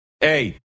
hey